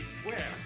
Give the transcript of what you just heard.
Square